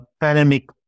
pandemic